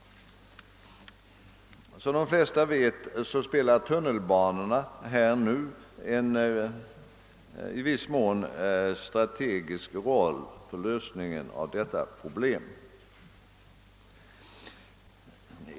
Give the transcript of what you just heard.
Som de flesta vet spelar tunnelbanorna en i viss mån strategisk roll för lösningen av detta problem.